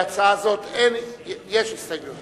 להצעה זו יש הסתייגות